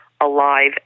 alive